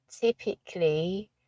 typically